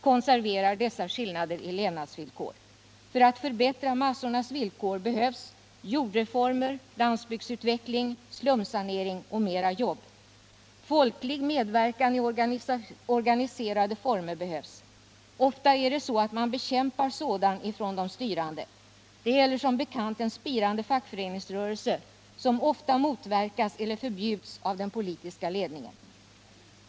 konserverar dessa skillnader i levnadsvillkor. För att förbättra massornas villkor behövs jordreformer, landsbygdsutveckling, slumsanering och mera jobb. Folklig medverkan i organiserade former behövs. Ofta bekämpar de styrande sådan medverkan. Det gäller som bekant en spirande fackföreningsrörelse, som ofta motverkas eller förbjuds av den politiska ledningen.